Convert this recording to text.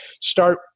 start